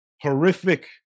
horrific